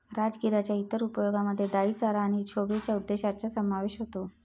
राजगिराच्या इतर उपयोगांमध्ये डाई चारा आणि शोभेच्या उद्देशांचा समावेश होतो